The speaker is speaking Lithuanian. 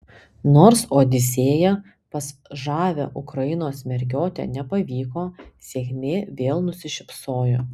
nors odisėja pas žavią ukrainos mergiotę nepavyko sėkmė vėl nusišypsojo